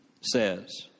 says